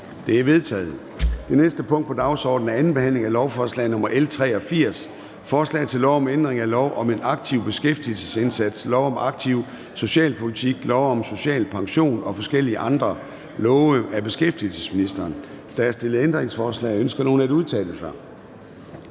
Det er vedtaget. --- Det næste punkt på dagsordenen er: 30) 2. behandling af lovforslag nr. L 83: Forslag til lov om ændring af lov om en aktiv beskæftigelsesindsats, lov om aktiv socialpolitik, lov om social pension og forskellige andre love. (Mulighed for dispensation til eksport af pensionstillæg m.v.,